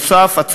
נוסף על כך,